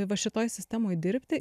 va šitoj sistemoj dirbti